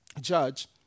judge